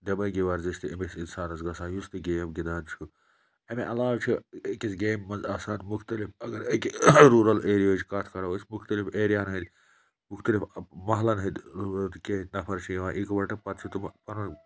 دٮ۪مٲغی ورزِش تہِ أمِس اِنسانَس گژھان یُس نہٕ گیم گِنٛدان چھُ اَمہِ علاوٕ چھُ أکِس گیمہِ منٛز آسان مختلف اگر أکہِ روٗلَر ایریا ہٕچ کَتھ کَرو أسۍ مختلف ایریا ہَن ہٕنٛدۍ مختلف محلَن ہٕنٛدۍ کینٛہہ نفر چھِ یِوان اِکوَٹہٕ پَتہٕ چھِ تمہٕ پَنُن